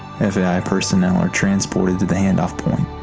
fai personnel are transported to the handoff point.